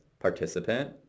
participant